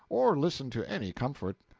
or listen to any comfort,